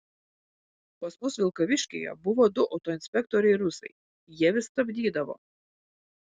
pas mus vilkaviškyje buvo du autoinspektoriai rusai jie vis stabdydavo